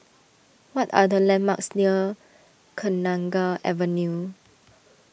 what are the landmarks near Kenanga Avenue